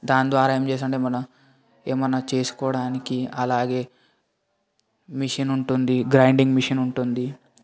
దాని ద్వారా ఏం చేస్తామంటే మన ఏమన్నా చేసుకోడానికి అలాగే మిషనుంటుంది గ్రైండింగ్ మిషనుంటుంది